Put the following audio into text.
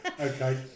okay